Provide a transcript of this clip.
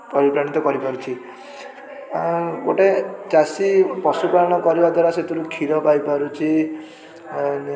ଅନୁପ୍ରାଣିତ କରିପାରୁଛି ଆଉ ଗୋଟେ ଚାଷୀ ପଶୁପାଳନ କରିବା ଦ୍ଵାରା ସେଥିରୁ କ୍ଷୀର ପାଇପାରୁଛି ଆଉ